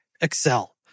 Excel